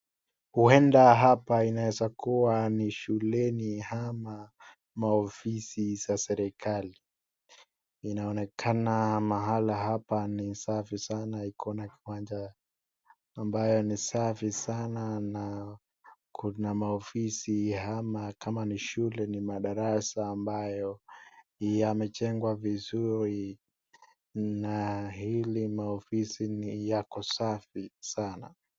Huenda hapa inaweza kuwa ni shuleni ama maofisi za serikali. Inaonekana mahala hapa ni safi sana, iko na kiwanja ambayo ni safi sana na kuna maofisi, ama kama ni shule ni madarasa ambayo yamejengwa vizuri, na hili maofisi yako safi sana.